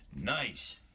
nice